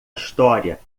história